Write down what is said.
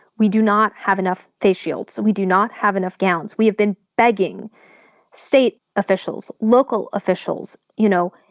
we do not have enough face shields. so we do not have enough gowns. we have been begging state officials, local officials, you know,